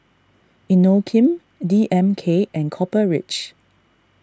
Inokim D M K and Copper Ridge